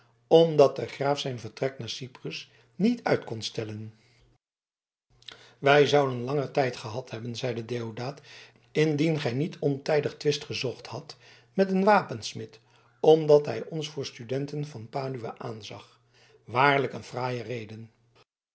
omdat de graaf zijn vertrek naar cyprus niet uit kon stellen wij zouden langer tijd gehad hebben zeide deodaat indien gij niet ontijdig twist gezocht hadt met een wapensmid omdat hij ons voor studenten van padua aanzag waarlijk een fraaie reden